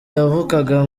yavukaga